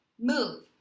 Move